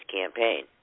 campaign